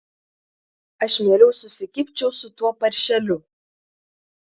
aš mieliau susikibčiau su tuo paršeliu